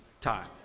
time